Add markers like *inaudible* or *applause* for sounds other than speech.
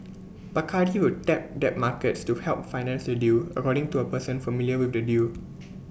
Bacardi will tap debt markets to help finance the deal according to A person familiar with the deal *noise*